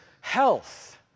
health